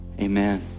amen